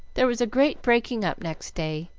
there was a great breaking up next day,